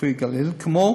הרפואי "לגליל", כמו